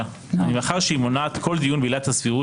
מאחר שהיא מונעת כל דיון בעילת הסבירות